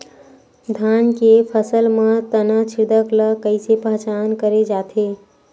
धान के फसल म तना छेदक ल कइसे पहचान करे जाथे?